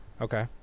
Okay